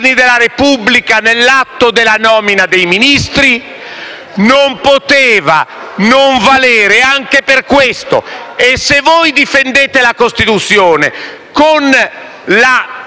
della Repubblica nell'atto della nomina dei Ministri non poteva non valere anche per questo. E se voi difendete la Costituzione, con la